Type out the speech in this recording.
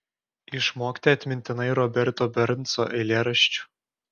išmokti atmintinai roberto bernso eilėraščių